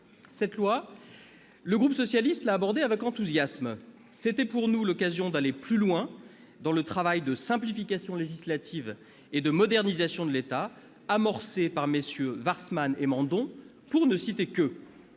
de loi, le groupe socialiste et républicain l'a abordé avec enthousiasme. C'était pour nous l'occasion d'aller plus loin dans le travail de simplification législative et de modernisation de l'État amorcé par MM. Warsmann et Mandon, pour ne citer qu'eux.